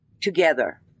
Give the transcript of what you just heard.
together